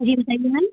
जी हो जाएगी मैम